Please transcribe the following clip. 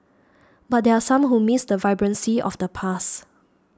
but there are some who miss the vibrancy of the past